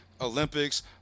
Olympics